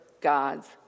God's